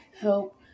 help